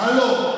הלו.